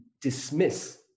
dismiss